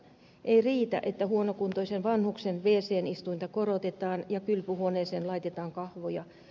ei riitä että huonokuntoisen vanhuksen wc istuinta korotetaan ja kylpyhuoneeseen laitetaan kahvoja